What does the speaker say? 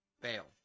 Fail